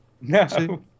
No